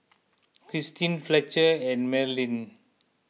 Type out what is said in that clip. Christine Fletcher and Marilynn